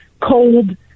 cold